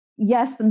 Yes